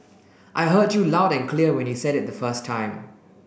I heard you loud and clear when you said it the first time